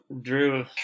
Drew